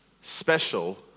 special